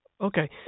Okay